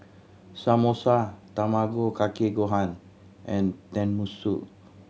Samosa Tamago Kake Gohan and Tenmusu